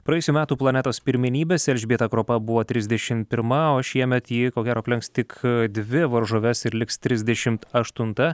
praėjusių metų planetos pirmenybėse elžbieta kropa buvo trisdešim pirma o šiemet ji ko gero aplenks tik dvi varžoves ir liks trisdešimt aštunta